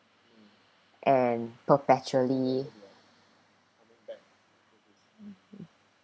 and perpetually